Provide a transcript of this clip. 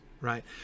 right